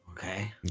Okay